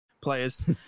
players